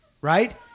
right